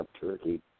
turkey